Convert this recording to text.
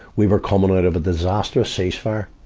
we were coming out of a disastrous cease-fire.